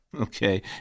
Okay